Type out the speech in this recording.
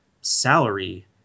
salary